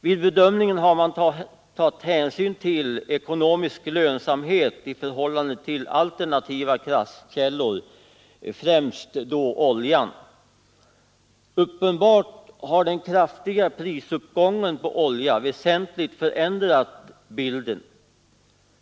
Vid bedömningen har man tagit hänsyn till ekonomisk lönsamhet i förhållande till alternativa kraftkällor, främst oljan. Uppenbarligen har den kraftiga prisuppgången på olja väsentligt förändrat bilden.